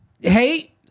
Hey